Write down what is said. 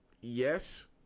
Yes